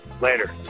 Later